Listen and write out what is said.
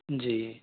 जी